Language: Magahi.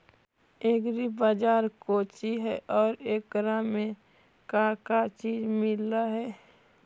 एग्री बाजार कोची हई और एकरा में का का चीज मिलै हई?